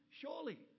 surely